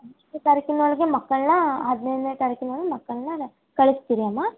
ಹದಿನೈದನೇ ತಾರೀಕಿನೊಳಗೆ ಮಕ್ಕಳನ್ನ ಹದಿನೈದನೇ ತಾರೀಕಿನೊಳಗೆ ಮಕ್ಕಳನ್ನ ಕಳಸಿಬಿಡಿ ಅಮ್ಮ